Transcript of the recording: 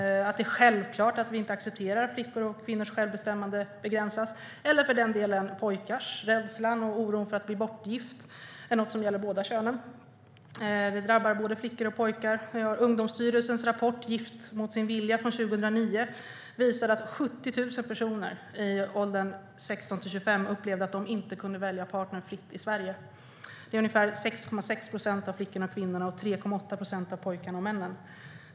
Det är självklart att vi inte accepterar att flickors och kvinnors självbestämmande begränsas, eller för den delen pojkars. Rädslan och oron för att bli bortgift är något som gäller båda könen. Det drabbar både flickor och pojkar. Ungdomsstyrelsens rapport Gift mot sin vilja från 2009 visade att 70 000 personer i Sverige i åldern 16-25 upplevde att de inte kunde välja partner fritt. Det var ungefär 6,6 procent av flickorna och kvinnorna och 3,8 procent av pojkarna och männen.